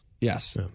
Yes